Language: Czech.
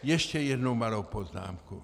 Ještě jednu malou poznámku.